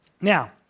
Now